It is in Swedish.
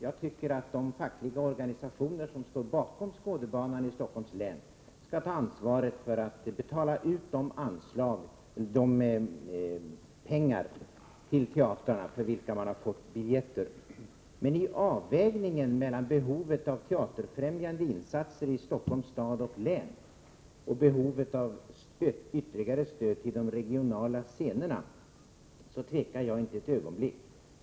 Jag tycker att de fackliga organisationer som står bakom Skådebanan i Stockholms län skall ta ansvaret för att betala ut de pengar till teatrarna för vilka man har fått biljetter. Men i avvägningen mellan behovet av teaterfrämjande insatser i Stockholms stad och län och behovet av ytterligare stöd till de regionala scenerna tvekar jag inte ett ögonblick.